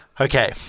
Okay